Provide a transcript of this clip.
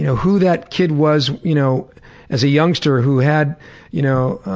you know who that kid was you know as a youngster who had you know